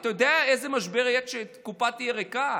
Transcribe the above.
אתה יודע איזה משבר יהיה כשהקופה תהיה ריקה.